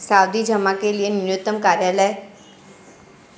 सावधि जमा के लिए न्यूनतम कार्यकाल क्या है?